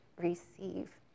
receive